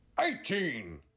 Eighteen